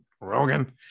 Rogan